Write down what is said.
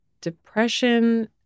depression